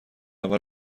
اول